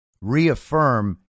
reaffirm